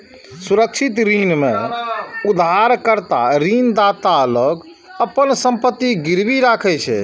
सुरक्षित ऋण मे उधारकर्ता ऋणदाता लग अपन संपत्ति गिरवी राखै छै